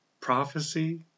prophecy